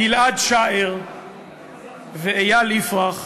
גיל-עד שער ואיל יפרח,